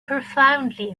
profoundly